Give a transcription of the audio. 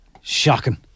Shocking